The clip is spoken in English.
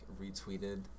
retweeted